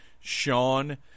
Sean